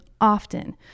often